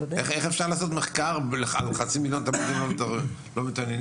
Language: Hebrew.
איך אפשר לעשות מחקר ובחצי מיליון תלמידים לא מתעניינים.